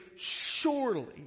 surely